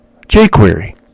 jQuery